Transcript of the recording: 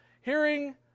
Hearing